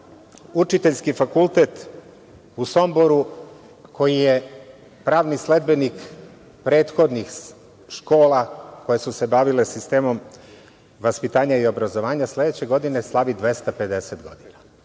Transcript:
Učiteljski fakultet u Somboru, koji je pravni sledbenik prethodnih škola koje su se bavile sistemom vaspitanja i obrazovanja, sledeće godine slavi 250 godina.